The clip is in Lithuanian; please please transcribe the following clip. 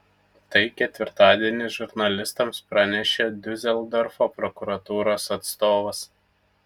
tai ketvirtadienį žurnalistams pranešė diuseldorfo prokuratūros atstovas